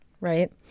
right